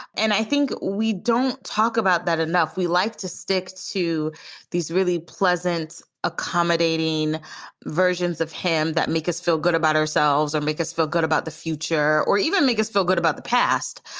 and i think we don't talk about that enough. we like to stick to these really pleasant, accommodating versions of him that make us feel good about ourselves or make us feel good about the future or even make us feel good about the past,